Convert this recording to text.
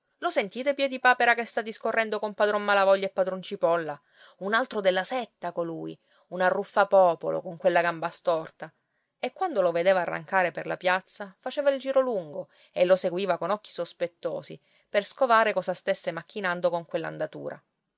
lo sentite piedipapera che sta discorrendo con padron malavoglia e padron cipolla un altro della setta colui un arruffapopolo con quella gamba storta e quando lo vedeva arrancare per la piazza faceva il giro lungo e lo seguiva con occhi sospettosi per scovare cosa stesse macchinando con